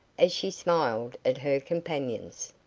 as she smiled at her companions.